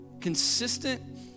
Consistent